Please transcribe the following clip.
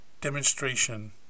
demonstration